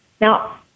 Now